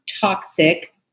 toxic